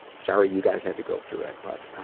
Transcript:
sorry you guys had to go through it, but